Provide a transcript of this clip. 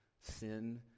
sin